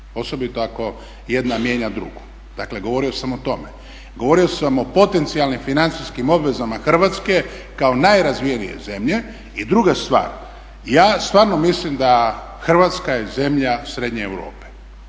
osobito ako jedna mijenja drugu. Dakle govorio sam o tome. Govorio sam o potencijalnim financijskim obvezama Hrvatske kao najrazvijenije zemlje. I druga stvar, ja stvarno mislim da Hrvatska je zemlja srednje Europe,